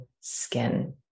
skin